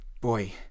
boy